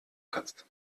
kannst